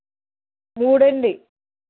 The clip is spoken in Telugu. మూడు అండి